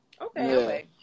Okay